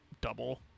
double